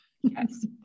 yes